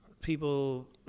people